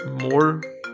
more